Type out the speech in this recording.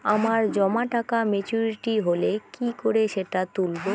আমার জমা টাকা মেচুউরিটি হলে কি করে সেটা তুলব?